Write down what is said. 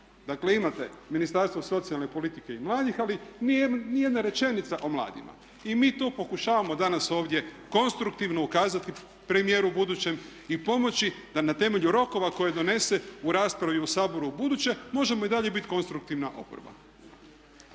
Dakle, imate Ministarstvo socijalne politike i mladih, ali ni jedna rečenica o mladima. I mi tu pokušavamo danas ovdje konstruktivno ukazati premijeru budućem i pomoći da ne temelju rokova koje donese u raspravi i u Saboru u buduće možemo i dalje bit konstruktivna oporba.